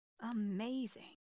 Amazing